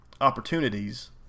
opportunities